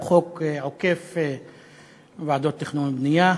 הוא חוק עוקף ועדות תכנון ובנייה.